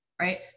right